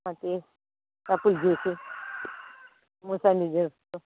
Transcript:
ಮತ್ತೆ apple juice mosambi juice